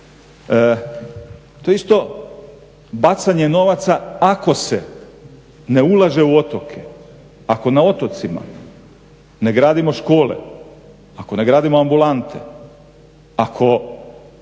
to je isto bacanje novaca ako se ne ulaže u otoke, ako na otocima ne gradimo škole, ako ne gradimo ambulante, ako